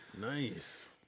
Nice